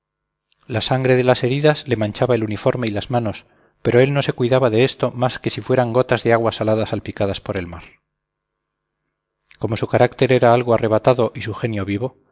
la sangre de las heridas le manchaba el uniforme y las manos pero él no se cuidaba de esto más que si fueran gotas de agua salada salpicadas por el mar como su carácter era algo arrebatado y su genio vivo